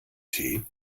tee